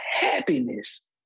happiness